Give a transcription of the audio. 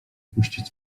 puścić